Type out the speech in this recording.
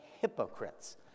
hypocrites